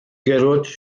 garotos